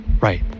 right